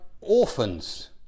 orphans